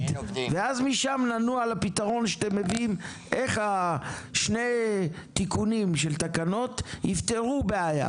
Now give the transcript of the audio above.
ואז משם ננוע לפתרון שאתם מביאים איך שני התיקונים של תקנות יפתרו בעיה?